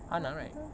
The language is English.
hannah right